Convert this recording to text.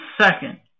second